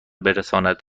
برساند